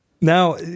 Now